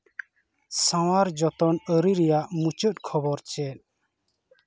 ᱥᱟᱶᱟᱨ ᱡᱚᱛᱚᱱ ᱟᱹᱨᱤ ᱨᱮᱭᱟᱜ ᱢᱩᱪᱟᱹᱫ ᱠᱷᱚᱵᱚᱨ ᱪᱮᱫ